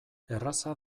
erraza